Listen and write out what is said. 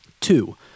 two